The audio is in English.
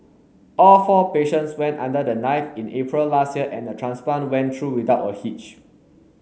all four patients went under the knife in April last year and the transplant went through without a hitch